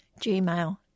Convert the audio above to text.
gmail